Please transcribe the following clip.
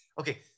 Okay